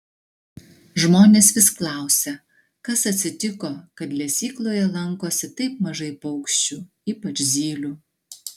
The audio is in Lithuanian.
žmonės vis klausia kas atsitiko kad lesykloje lankosi taip mažai paukščių ypač zylių